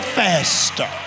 faster